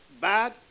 bad